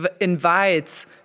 invites